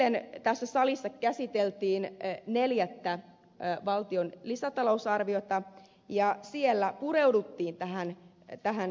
eilen tässä salissa käsiteltiin neljättä valtion lisätalousarviota ja siellä pureuduttiin tähän että hän